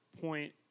point